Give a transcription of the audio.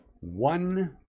one